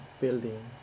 building